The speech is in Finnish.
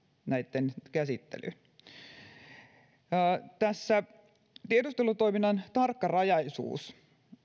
näitten käsittelyyn tiedustelutoiminnan tarkkarajaisuus